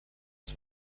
uns